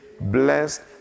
blessed